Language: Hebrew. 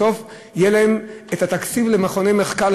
בסוף יהיה להם את התקציב למכוני מחקר,